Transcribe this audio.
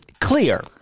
clear